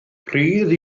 rhydd